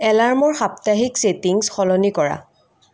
এলাৰ্মৰ সাপ্তাহিক ছেটিংছ সলনি কৰা